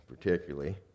particularly